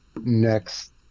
next